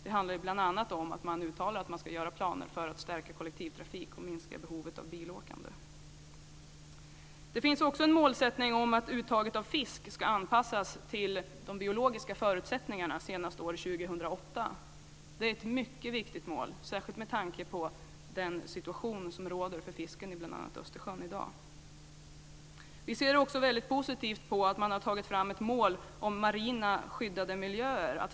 Det handlar bl.a. om att man uttalar att man ska göra planer för att stärka kollektivtrafiken och minska behovet av bilåkande. Det finns också en målsättning om att uttaget av fisk ska anpassas till de biologiska förutsättningarna senast år 2008. Det är ett mycket viktigt mål, särskilt med tanke på den situation som råder för fisken i bl.a. Vi ser också väldigt positivt på att man har tagit fram ett mål om marina skyddade miljöer.